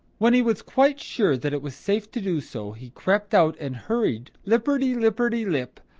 when he was quite sure that it was safe to do so, he crept out and hurried, lipperty-lipperty-lip,